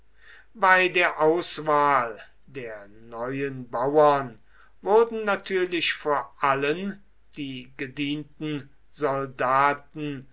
bei der auswahl der neuen bauern wurden natürlich vor allen die gedienten soldaten